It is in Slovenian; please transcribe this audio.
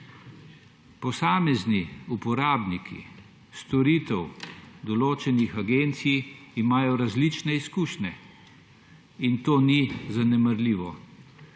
Posamezni uporabniki storitev določenih agencij imajo različne izkušnje, in to ni zanemarljivo.